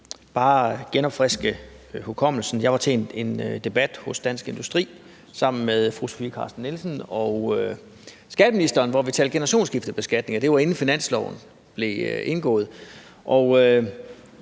lige genopfriske hukommelsen. Jeg var til en debat hos Dansk Industri sammen med fru Sofie Carsten Nielsen og skatteministeren, hvor vi talte om generationsskiftebeskatning, og det var, inden finanslovsaftalen blev indgået.